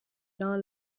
dans